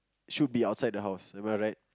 should be outside the house am I right